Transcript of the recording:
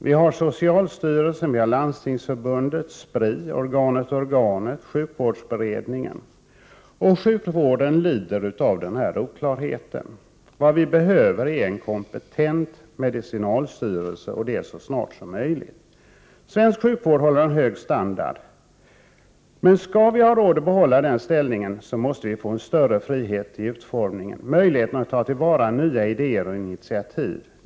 Vi har socialstyrelsen, Landstingsförbundet, Spri och sjukvårdsberedningen. Sjukvården lider av denna oklarhet. Vad vi behöver är en kompetent medicinalstyrelse, och det så snart som möjligt. Svensk sjukvård har en hög standard. Men skall vi ha råd att behålla den ställningen, så måste vi få större frihet i utformningen — möjlighet att ta till vara nya idéer och initiativ.